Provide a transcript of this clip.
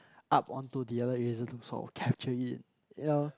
up onto the other eraser to sort of capture it you know